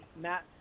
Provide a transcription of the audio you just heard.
Matt